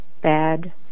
Bad